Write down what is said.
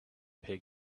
pig